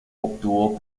obtuvo